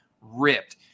ripped